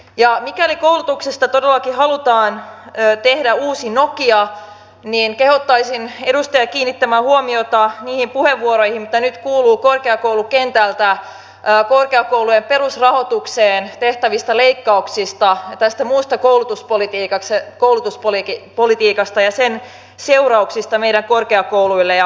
ja mikäli koulutuksesta todellakin halutaan tehdä uusi nokia niin kehottaisin edustajia kiinnittämään huomiota niihin puheenvuoroihin mitä nyt kuuluu korkeakoulukentältä korkeakoulujen perusrahoitukseen tehtävistä leikkauksista ja tästä muusta koulutuspolitiikasta ja sen seurauksista meidän korkeakouluille ja perustutkimukselle